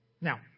Now